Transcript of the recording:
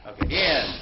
again